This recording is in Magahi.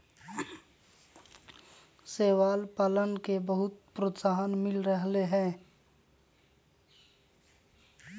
शैवाल पालन के बहुत प्रोत्साहन मिल रहले है